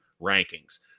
rankings